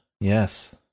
Yes